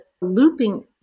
looping